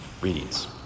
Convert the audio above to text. readings